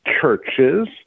churches